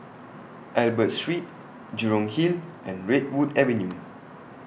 Albert Street Jurong Hill and Redwood Avenue